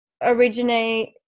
originate